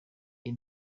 iyi